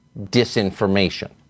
disinformation